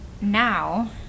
now